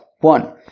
one